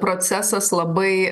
procesas labai